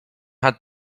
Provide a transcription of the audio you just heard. had